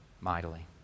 mightily